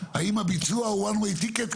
האם הביצוע הוא One way ticket,